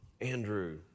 Andrew